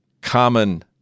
common